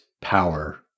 power